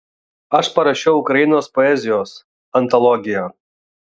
aš parašiau ukrainos poezijos antologiją